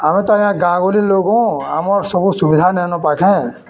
ଆମେ ତ ଗାଁ ଗହଳି ଲୋକ୍ ଆଉଁ ଆମର୍ ସବୁ ସୁବିଧା ନାଇନ ପାଖେ